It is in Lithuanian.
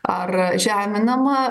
ar žeminama